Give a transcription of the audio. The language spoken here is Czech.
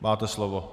Máte slovo.